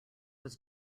was